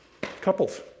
Couples